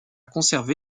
conservé